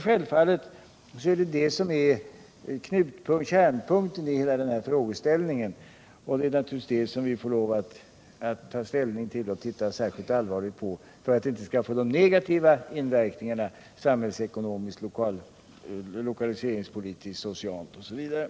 Självfallet är just detta kärnpunkten i hela frågeställningen, och vi får naturligtvis ta ställning till och se särskilt allvarligt på detta, så att det inte blir negativa verkningar samhällsekonomiskt, lokaliseringspolitiskt, socialt osv.